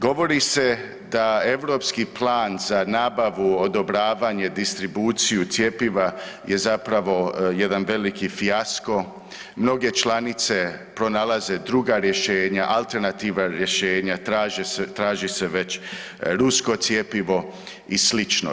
Govori se da europski plan za nabavu, odobravanje, distribuciju cjepiva je zapravo jedan veliki fijasko, mnoge članice pronalaze druga rješenja, alternativna rješenja, traži se već rusko cjepivo i sl.